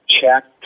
check